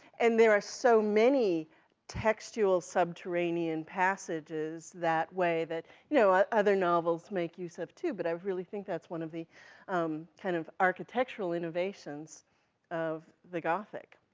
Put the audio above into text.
and there are so many textual, subterranean passages that way that, you know, ah other novels make use of, too, but i really think that's one of the kind of architectural innovations of the gothic.